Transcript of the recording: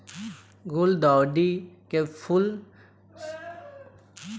गुलदाउदी के फूल सजावे खातिर लागेला